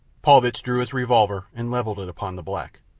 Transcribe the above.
paulvitch drew his revolver and levelled it upon the black.